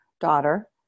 daughter